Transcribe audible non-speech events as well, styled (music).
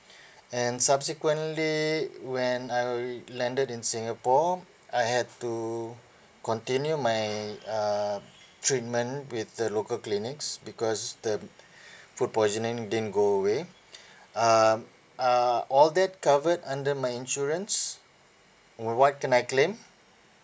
(breath) and subsequently when I re~ landed in singapore I had to continue my uh treatment with the local clinics because the (breath) food poisoning didn't go away um are all that covered under my insurance w~ what can I claim